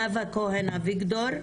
נאוה כהן אביגדור,